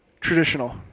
traditional